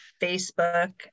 Facebook